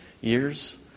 years